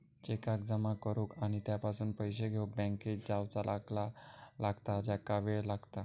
चेकाक जमा करुक आणि त्यापासून पैशे घेउक बँकेत जावचा लागता ज्याका वेळ लागता